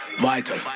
vital